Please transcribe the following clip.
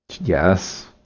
yes